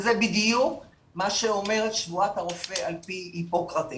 וזה בדיוק מה שאומרת שבועת הרופא על פי היפוקרס,